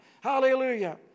Hallelujah